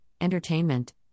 entertainment